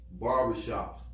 Barbershops